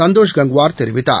சந்தோஷ் கங்குவார் தெரிவித்தார்